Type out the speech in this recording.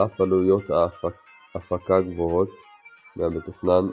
על אף עלויות הפקה גבוהות מהמתוכנן,